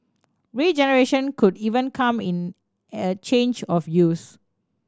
regeneration could even come in a change of use